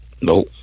Nope